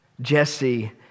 Jesse